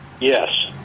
Yes